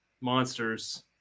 monsters